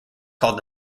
called